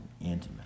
intimate